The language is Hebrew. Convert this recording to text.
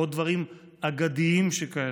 ועוד דברים אגדיים שכאלה,